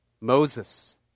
Moses